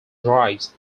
drives